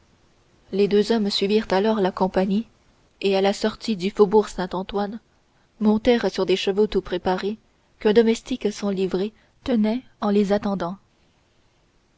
les deux hommes suivirent alors la compagnie et à la sortie du faubourg saint-antoine montèrent sur des chevaux tout préparés qu'un domestique sans livrée tenait en les attendant